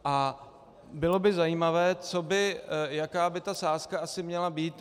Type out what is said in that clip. A bylo by zajímavé, jaká by ta sázka asi měla být.